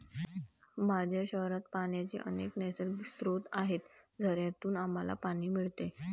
माझ्या शहरात पाण्याचे अनेक नैसर्गिक स्रोत आहेत, झऱ्यांतून आम्हाला पाणी मिळते